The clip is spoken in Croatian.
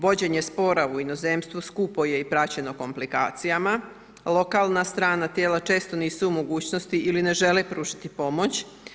Vođenje spora u inozemstvu skupo je i praćeno komplikacijama, lokalna strana tijela često nisu u mogućnosti ili ne žele pružiti pomoć.